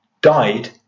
died